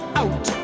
out